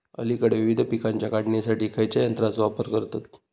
अलीकडे विविध पीकांच्या काढणीसाठी खयाच्या यंत्राचो वापर करतत?